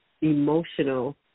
emotional